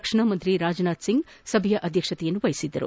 ರಕ್ಷಣಾ ಸಚಿವ ರಾಜನಾಥ್ ಸಿಂಗ್ ಸಭೆಯ ಅಧ್ವಕ್ಷತೆ ವಹಿಸಿದ್ದರು